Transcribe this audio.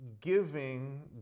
giving